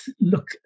look